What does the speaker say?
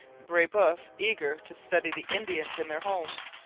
brebeuf, eager to study the indians in their homes,